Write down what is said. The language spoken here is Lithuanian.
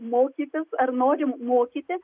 mokytis ar norim mokyti